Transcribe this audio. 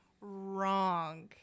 wrong